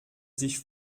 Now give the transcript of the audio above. sich